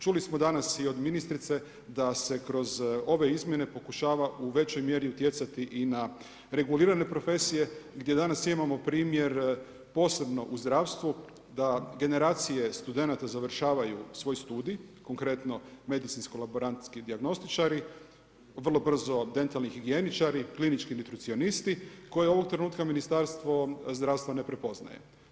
Čuli smo danas i od ministrice da se kroz ove izmjene pokušava u većoj mjeri utjecati i na regulirane profesije gdje danas imamo primjer posebno u zdravstvu, da generacije studenata završavaju svoj studij, konkretno medicinsko-laborantski dijagnostičari, vrlo brzo dentalni higijeničari, klinički nutricionisti koje ovog trenutka Ministarstvo zdravstva ne prepoznaje.